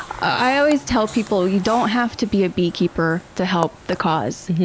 i always tell people you don't have to be a beekeeper to help the cause.